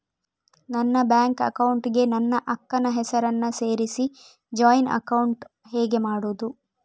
ನನ್ನ bank account ಗೆ ನನ್ನ ಅಕ್ಕ ನ ಹೆಸರನ್ನ ಸೇರಿಸಿ ಜಾಯಿನ್ ಅಕೌಂಟ್ ಹೇಗೆ ಮಾಡುದು?